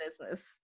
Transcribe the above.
business